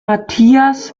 matthias